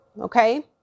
Okay